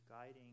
guiding